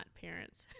parents